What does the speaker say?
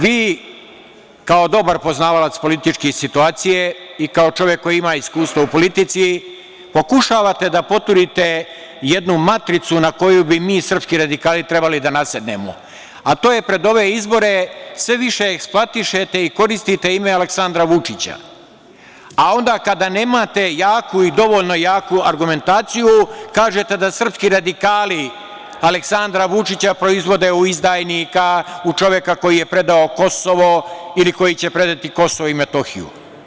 Vi, kao dobar poznavalac političke situacije i kao čovek koji ima iskustvo u politici, pokušavate da poturite jedu matricu na koju mi bi srpski radikali trebali da nasednemo, a to je što pred ove izbore sve više eksploatišete i koristite ime Aleksandra Vučića, a onda kada nemate jaku i dovoljno jaku argumentaciju, kažete da srpski radikali Aleksandra Vučića proizvode u izdajnika, u čovek koji je predao Kosovo ili koji će predati Kosovo i Metohiju.